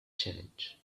change